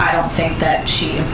i don't think that she